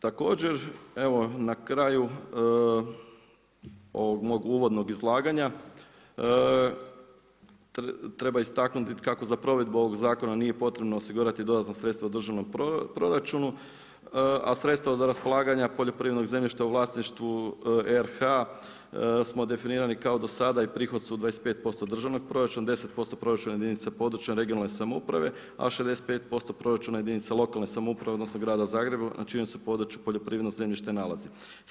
Također, evo na kraju ovog mog uvodnog izlaganja treba istaknuti kako za provedbu ovog zakona nije potrebno osigurati dodatna sredstva u državnom proračunu a sredstva od raspolaganja poljoprivrednog zemljišta u vlasništvu RH smo definirali kao i do sada i prihod su 25% državnog proračuna, 10% proračuna jedinica područne (regionalne) samouprave, a 65% proračuna jedinica lokalne samouprave odnosno Grada Zagreba na čijem se području poljoprivrednog zemljište nalazi.